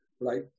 right